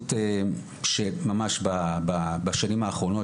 מציאות שממש בשנים האחרונות,